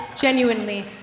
genuinely